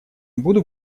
буду